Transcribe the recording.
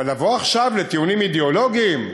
אבל לבוא עכשיו עם טיעונים אידיאולוגיים ולהגיד: